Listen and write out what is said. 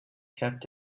kept